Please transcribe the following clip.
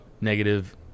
negative